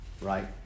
right